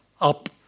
up